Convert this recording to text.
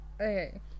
okay